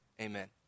amen